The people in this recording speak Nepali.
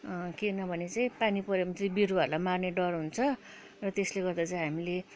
केनभने चाहिँ पानी पऱ्यो भने चाहिँ बिरुवाहरूलाई मार्ने डर हुन्छ र त्यसले गर्दा चाहिँ हामीले